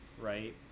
right